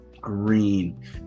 green